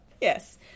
Yes